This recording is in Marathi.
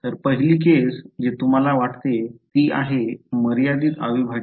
तर पहिली केस जे तुम्हाला वाटते ती आहे मर्यादित अविभाज्य